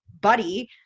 buddy